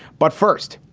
but first,